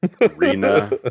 Arena